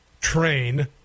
train